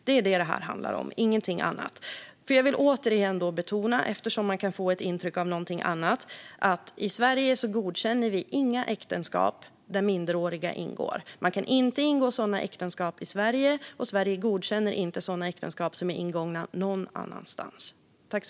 Det här handlar om detta och ingenting annat. Jag vill återigen betona, eftersom man kan få ett intryck av någonting annat, att i Sverige godkänner vi inga äktenskap där minderåriga ingår. Man kan inte ingå sådana äktenskap i Sverige, och Sverige godkänner inte heller sådana äktenskap som är ingångna någon annanstans.